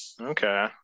Okay